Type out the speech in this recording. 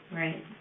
right